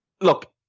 look